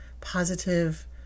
positive